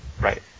Right